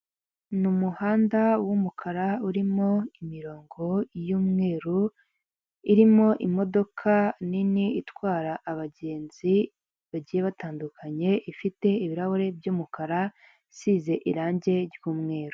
Ni umuhanda w'umukara urimo imirongo yumweru urimo imodoka nini itwara abagenzi bagiye batandukanye ifite ibirahuri by'umukara isize irangi ry'umweru.